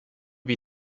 wie